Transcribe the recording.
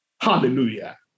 Hallelujah